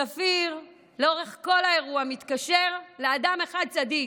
צפיר לאורך כל האירוע מתקשר לאדם אחד צדיק,